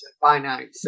finite